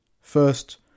First